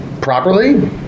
properly